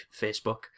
Facebook